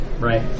right